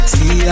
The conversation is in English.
See